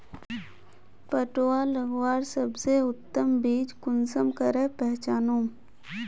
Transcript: पटुआ लगवार सबसे उत्तम बीज कुंसम करे पहचानूम?